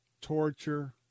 torture